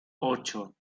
ocho